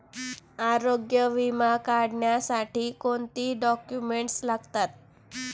आरोग्य विमा काढण्यासाठी कोणते डॉक्युमेंट्स लागतात?